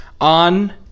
on